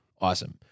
Awesome